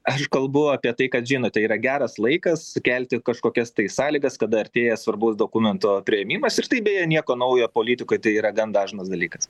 aš kalbu apie tai kad žinot yra geras laikas kelti kažkokias tai sąlygas kada artėja svarbaus dokumento priėmimas ir tai beje nieko naujo politikoj tai yra gan dažnas dalykas